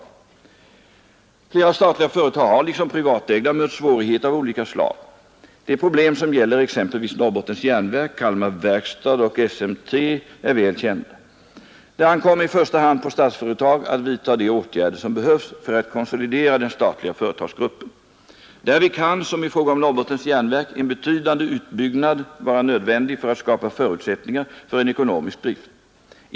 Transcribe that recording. Flera statliga företag har liksom privatägda mött svårigheter av olika slag. De problem som gäller exempelvis Norrbottens järnverk, Kalmar verkstad och SMT Machine Company är väl kända. Det ankommer i första hand på Statsföretag att vidta de åtgärder som behövs för att konsolidera den statliga företagsgruppen. Därvid kan, som i fråga om Norrbottens järnverk, en betydande utbyggnad vara nödvändig för att skapa förutsättningar för en ekonomisk drift.